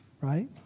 right